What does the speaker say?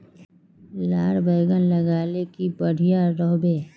लार बैगन लगाले की बढ़िया रोहबे?